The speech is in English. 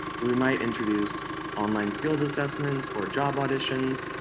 so we might introduce online skills assessments, or job auditions,